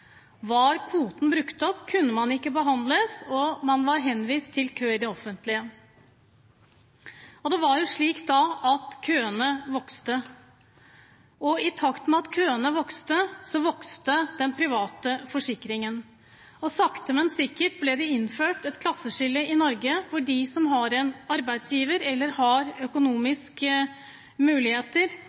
Var kvoten brukt opp, kunne man ikke behandles, og man var henvist til kø i det offentlige. Det var da slik at køene vokste, og i takt med at køene vokste, vokste bruken av privat forsikring. Og sakte, men sikkert, ble det innført et klasseskille i Norge hvor de som har en arbeidsgiver eller har økonomiske muligheter,